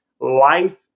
life